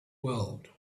world